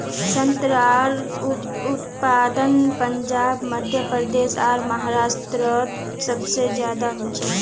संत्रार उत्पादन पंजाब मध्य प्रदेश आर महाराष्टरोत सबसे ज्यादा होचे